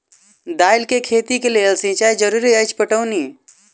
दालि केँ खेती केँ लेल सिंचाई जरूरी अछि पटौनी?